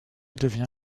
devient